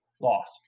lost